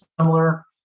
similar